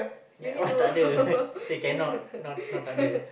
that one tak ada say cannot not not tak ada